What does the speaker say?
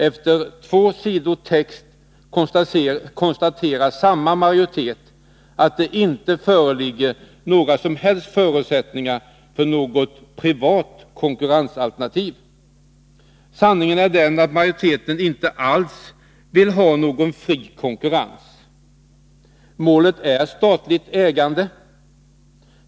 Efter två sidors text konstaterar samma majoritet att det inte föreligger några som helst förutsättningar för något privat konkurrensalternativ. Sanningen är den att majoriteten inte alls vill ha någon fri konkurrens. Målet är statligt ägande.